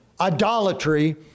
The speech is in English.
idolatry